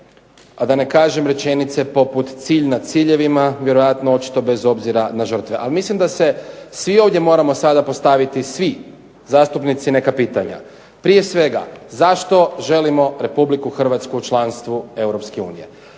a da ne kažem rečenice poput cilj nad ciljevima, vjerojatno očito bez obzira na žrtve. Ali mislim da se svi ovdje moramo sada postaviti svi zastupnici neka pitanja. Prije svega zašto želimo Republiku Hrvatsku u članstvu Europske unije?